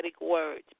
words